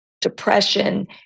depression